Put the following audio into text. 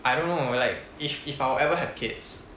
I don't know like if if I would ever have kids